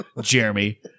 Jeremy